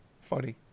Funny